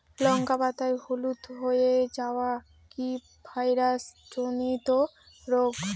লঙ্কা পাতা হলুদ হয়ে যাওয়া কি ভাইরাস জনিত রোগ?